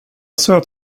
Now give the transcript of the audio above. söt